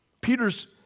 Peter's